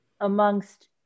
amongst